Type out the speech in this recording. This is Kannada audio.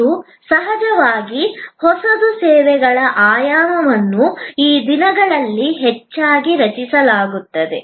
ಮತ್ತು ಸಹಜವಾಗಿ ಹೊಸದು ಸೇವೆಗಳ ಆಯಾಮವನ್ನು ಈ ದಿನಗಳಲ್ಲಿ ಹೆಚ್ಚಾಗಿ ರಚಿಸಲಾಗುತ್ತದೆ